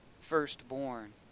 firstborn